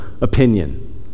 opinion